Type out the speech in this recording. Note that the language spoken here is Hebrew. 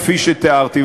כפי שתיארתי.